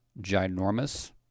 ginormous